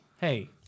Hey